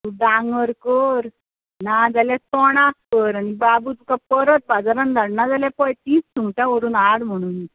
तूं डांगर कर नाजाल्या तोणाक कर आनी बाबू तुका परत बाजारान धाडणा जाल्या पळय तींच सुंगटां व्हरून हाड म्हुणून